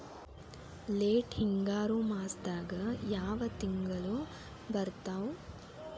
Late ಹಿಂಗಾರು ಮಾಸದಾಗ ಯಾವ್ ತಿಂಗ್ಳು ಬರ್ತಾವು?